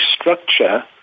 structure